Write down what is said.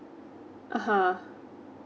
(uh huh)